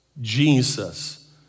Jesus